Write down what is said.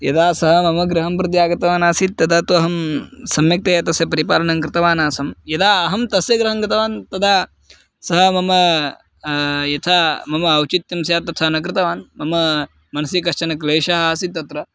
यदा सः मम गृहं प्रति आगतवान् आसीत् तदा तु अहं सम्यक्तया तस्य परिपालनं कृतवान् आसम् यदा अहं तस्य गृहं गतवान् तदा सः मम यथा मम औचित्यं स्यात् तथा न कृतवान् मम मनसि कश्चन क्लेशः आसीत् तत्र